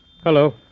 Hello